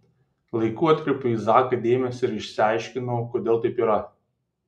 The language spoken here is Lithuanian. laiku atkreipiau į zaką dėmesį ir išsiaiškinau kodėl taip yra